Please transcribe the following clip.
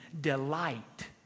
delight